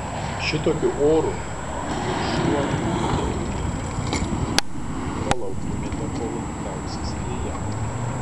šitokiu oru ir šuo keliu neitų palauktumėte kol liausis liję